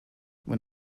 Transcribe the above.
when